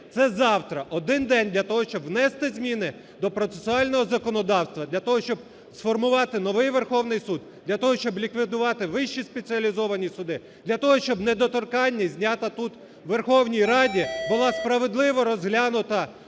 це завтра, один день для того, щоб внести зміни до процесуального законодавства для того, щоб сформувати новий Верховний Суд, для того, щоб ліквідувати вищі спеціалізовані суди, для того, щоб недоторканність, знята тут у Верховній Раді, була справедливо розглянута